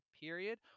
period